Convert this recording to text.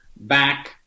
back